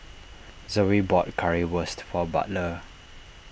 Zoey bought Currywurst for Butler